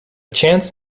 chance